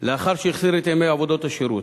לאחר שהחסיר את ימי עבודות השירות.